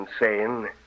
insane